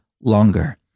longer